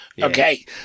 Okay